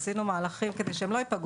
עשינו מהלכים כדי שהן לא ייפגעו,